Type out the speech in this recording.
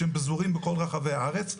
שהם פזורים בכל רחבי הארץ.